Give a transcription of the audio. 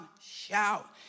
shout